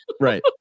right